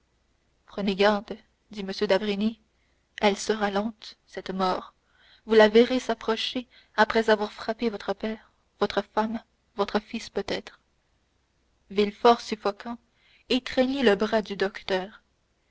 prenez garde dit m d'avrigny elle sera lente cette mort vous la verrez s'approcher après avoir frappé votre père votre femme votre fils peut-être villefort suffoquant étreignit le bras du docteur